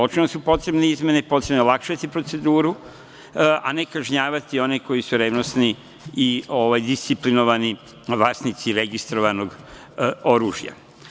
Očigledno su potrebne izmene, potrebno je olakšati proceduru, a ne kažnjavati one koji su revnosni i disciplinovani vlasnici registrovanog oružja.